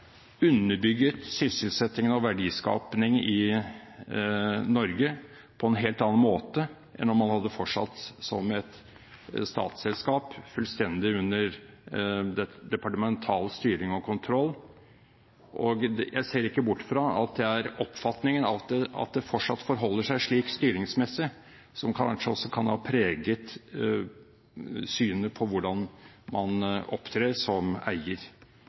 underbygget sysselsetting og verdiskaping i Norge på en helt annen måte enn om man hadde fortsatt som et statsselskap fullstendig under departemental styring og kontroll. Jeg ser ikke bort fra at det er oppfatningen av at det fortsatt forholder seg slik styringsmessig, som kanskje også kan ha preget synet på hvordan man opptrer som eier